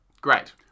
Great